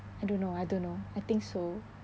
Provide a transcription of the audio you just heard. I don't know I don't know I think so